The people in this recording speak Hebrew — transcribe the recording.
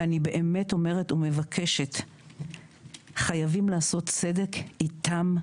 ואני באמת אומרת ומבקשת חייבים לעשות צדק איתם,